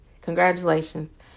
Congratulations